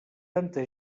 tanta